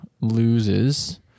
loses